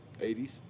80s